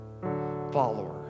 follower